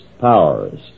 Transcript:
powers